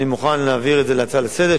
אני מוכן להעביר את זה להצעה לסדר-היום,